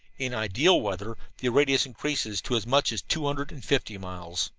in ideal weather the radius increases to as much as two hundred and fifty miles.